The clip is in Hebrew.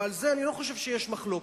ועל זה אני לא חושב שיש מחלוקת.